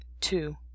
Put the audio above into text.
Two